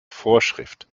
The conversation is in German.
vorschrift